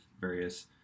various